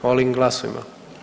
Molim glasujmo.